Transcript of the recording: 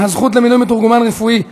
הזכות למינוי מתורגמן רפואי),